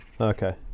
Okay